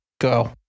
Go